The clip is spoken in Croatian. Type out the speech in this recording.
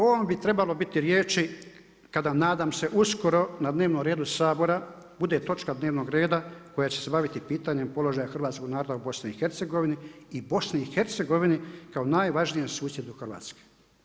O ovom bi trebalo biti riječi kada nadam se uskoro, na dnevnom redu Sabora bude točka dnevnog reda koja će se baviti pitanje položaja hrvatskog naroda u BiH-u, i BiH-u kao najvažnijem susjedu Hrvatske.